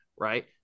right